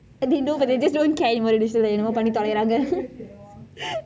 they know but they just don't care ~